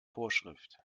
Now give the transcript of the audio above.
vorschrift